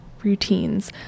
routines